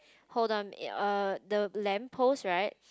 hold on err the lamp post right